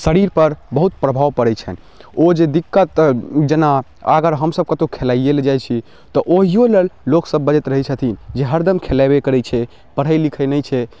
शरीर पर बहुत प्रभाव पड़ैत छैन ओ जे दिक्कत जेना अगर हमसब कतहुँ खेलाइए लऽ जाइत छी तऽ ओहिओ लेल लोक सब बजैत रहैत छथिन जे हरदम खेलेबै करैत छै पढ़ैत लिखैत नहि छै